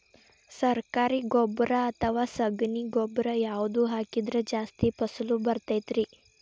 ಸರಕಾರಿ ಗೊಬ್ಬರ ಅಥವಾ ಸಗಣಿ ಗೊಬ್ಬರ ಯಾವ್ದು ಹಾಕಿದ್ರ ಜಾಸ್ತಿ ಫಸಲು ಬರತೈತ್ರಿ?